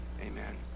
Amen